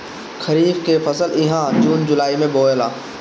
खरीफ के फसल इहा जून जुलाई में बोआला